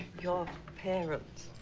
your parents.